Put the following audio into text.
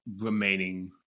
remaining